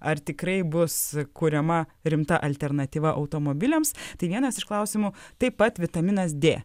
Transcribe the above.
ar tikrai bus kuriama rimta alternatyva automobiliams tai vienas iš klausimų taip pat vitaminas dė